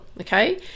okay